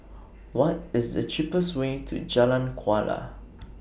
What IS The cheapest Way to Jalan Kuala